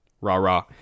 rah-rah